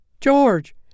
George